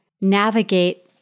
navigate